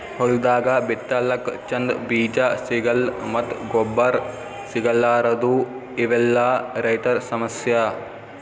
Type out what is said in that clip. ಹೊಲ್ದಾಗ ಬಿತ್ತಲಕ್ಕ್ ಚಂದ್ ಬೀಜಾ ಸಿಗಲ್ಲ್ ಮತ್ತ್ ಗೊಬ್ಬರ್ ಸಿಗಲಾರದೂ ಇವೆಲ್ಲಾ ರೈತರ್ ಸಮಸ್ಯಾ